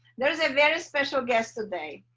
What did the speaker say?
there's a very special guest today,